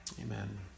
amen